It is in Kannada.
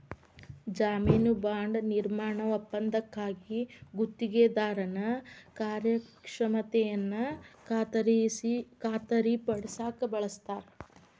ಜಾಮೇನು ಬಾಂಡ್ ನಿರ್ಮಾಣ ಒಪ್ಪಂದಕ್ಕಾಗಿ ಗುತ್ತಿಗೆದಾರನ ಕಾರ್ಯಕ್ಷಮತೆಯನ್ನ ಖಾತರಿಪಡಸಕ ಬಳಸ್ತಾರ